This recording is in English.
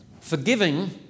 forgiving